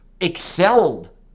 excelled